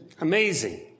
Amazing